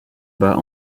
bat